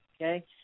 okay